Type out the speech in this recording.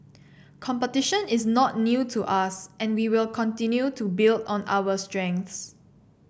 competition is not new to us and we will continue to build on our strengths